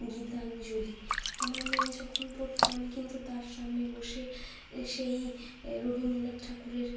গীতাঞ্জলি আমার মেয়ে যখন পড়তো আমি কিন্তু তার সামনে বসে সেই রবীন্দ্রনাথ ঠাকুরের